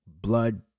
blood